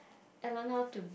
I learn how to